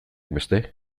beste